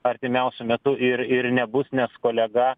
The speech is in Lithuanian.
artimiausiu metu ir ir nebus nes kolega